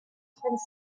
trente